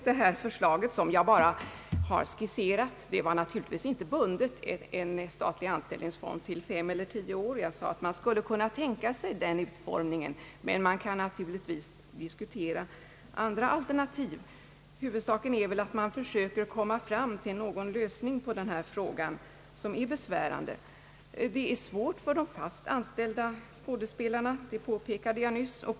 Det här förslaget — som jag bara har skisserat — innebar naturligtvis inte att anställningstiden på något sätt skulle vara bunden på fem eller tio år. Jag sade att man skulle kunna tänka sig den utformningen. Men man kan naturligtvis diskutera andra alternativ. Huvudsaken är väl att man försöker komma fram till en lösning på denna fråga, som är besvärande. Det är svårt för de fast anställda skådespelarna. Det påpekade jag nyss.